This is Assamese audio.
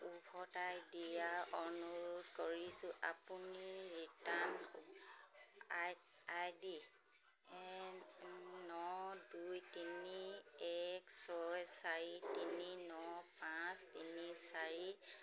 উভতাই দিয়াৰ অনুৰোধ কৰিছোঁ আপুনি ৰিটাৰ্ণ আই আই ডি ন দুই তিনি এক ছয় চাৰি তিনি ন পাঁচ তিনি চাৰি